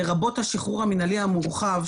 לרבות השחרור המורחב,